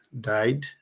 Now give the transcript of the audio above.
died